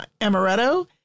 amaretto